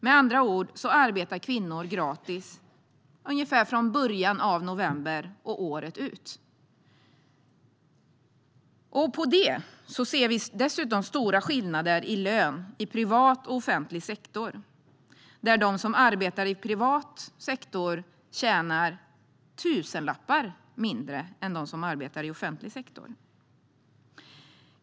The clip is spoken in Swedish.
Med andra ord arbetar kvinnor gratis ungefär från början av november och året ut. Dessutom ser vi stora skillnader i lön i privat och offentlig sektor. De som arbetar i privat sektor tjänar tusenlappar mindre än de som arbetar i offentlig sektor.